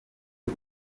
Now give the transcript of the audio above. uko